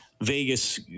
Vegas